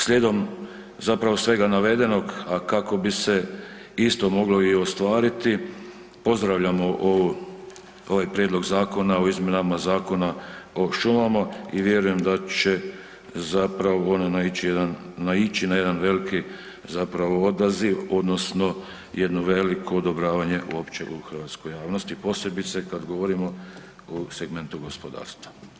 Slijedom zapravo svega navedenog, a kako bi se isto moglo i ostvariti, pozdravljamo ovaj prijedlog zakona o izmjenama Zakona o šumama i vjerujem da će zapravo naići na jedan veliki zapravo odaziv odnosno jedno veliko odobravanje uopće u hrvatskoj javnosti posebice kad govorimo u segmentu gospodarstva.